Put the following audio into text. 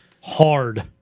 hard